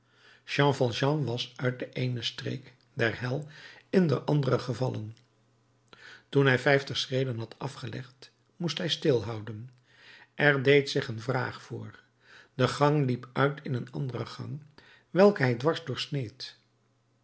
jean valjean was uit de eene streek der hel in de andere gevallen toen hij vijftig schreden had afgelegd moest hij stilhouden er deed zich een vraag voor de gang liep uit in een andere gang welke hij dwars doorsneed